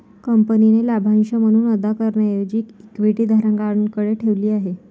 कंपनीने लाभांश म्हणून अदा करण्याऐवजी इक्विटी धारकांकडे ठेवली आहे